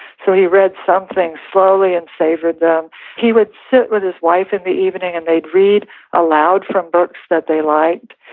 so he read some things slowly and savored them he would sit with his wife in the evening and they'd read aloud from books that they liked,